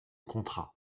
contrat